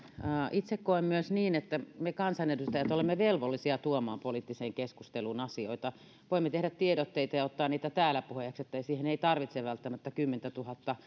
itse koen myös niin että me kansanedustajat olemme velvollisia tuomaan poliittiseen keskusteluun asioita voimme tehdä tiedotteita ja ottaa niitä täällä puheeksi siihen ei tarvitse välttämättä kymmentätuhatta